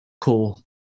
cool